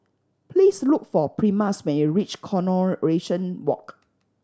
please look for Primus when you reach Coronation Walk